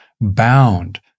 bound